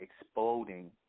exploding